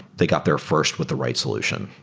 they got there first with the right solution.